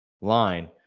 line